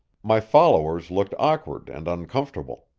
my followers looked awkward and uncomfortable.